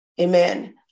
amen